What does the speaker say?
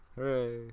Hooray